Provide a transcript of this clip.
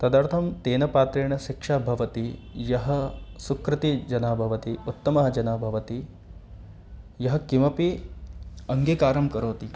तदर्थं तेन पात्रेण शिक्षा भवति यः सुकृतिजनः भवति उत्तमः जनः भवति यः किमपि अङ्गीकारं करोति